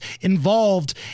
involved